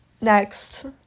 Next